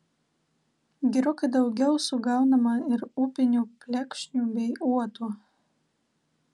gerokai daugiau sugaunama ir upinių plekšnių bei uotų